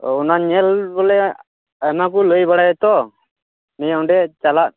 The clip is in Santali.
ᱚᱸᱻ ᱚᱱᱟ ᱧᱮᱞ ᱵᱚᱞᱮ ᱚᱱᱟᱠᱚ ᱞᱟ ᱭ ᱵᱟᱲᱟᱭᱟ ᱛᱚ ᱱᱤᱭᱟᱹ ᱚᱸᱰᱮ ᱪᱟᱞᱟᱜ